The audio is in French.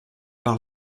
par